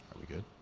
we get